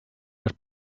les